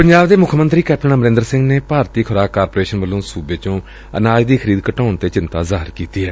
ਪੰਜਾਬ ਦੇ ਮੁੱਖ ਮੰਤਰੀ ਕੈਪਟਨ ਅਮਰੰਦਰ ਸਿੰਘ ਨੇ ਭਾਰਤੀ ਖੁਰਾਕ ਕਾਰਪੋਰੇਸ਼ਨ ਵੱਲੋਂ ਸੁਬੇ ਚੋਂ ਅਨਾਜ ਦੀ ਖਰੀਦ ਘਟਾਉਣ ਤੇ ਚਿੰਤਾ ਜ਼ਾਹਿਰ ਕੀਤੀ ਏ